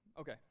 Okay